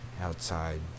outside